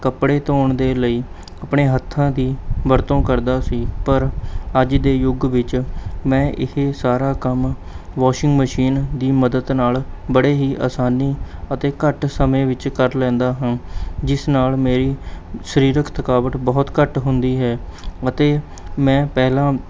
ਕੱਪੜੇ ਧੋਣ ਦੇ ਲਈ ਆਪਣੇ ਹੱਥਾਂ ਦੀ ਵਰਤੋਂ ਕਰਦਾ ਸੀ ਪਰ ਅੱਜ ਦੇ ਯੁੱਗ ਵਿੱਚ ਮੈਂ ਇਹ ਸਾਰਾ ਕੰਮ ਵਾਸ਼ਿੰਗ ਮਸ਼ੀਨ ਦੀ ਮਦਦ ਨਾਲ਼ ਬੜੇ ਹੀ ਆਸਾਨੀ ਅਤੇ ਘੱਟ ਸਮੇਂ ਵਿੱਚ ਕਰ ਲੈਂਦਾ ਹਾਂ ਜਿਸ ਨਾਲ਼ ਮੇਰੀ ਸਰੀਰਕ ਥਕਾਵਟ ਬਹੁਤ ਘੱਟ ਹੁੰਦੀ ਹੈ ਅਤੇ ਮੈਂ ਪਹਿਲਾਂ